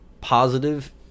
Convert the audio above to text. positive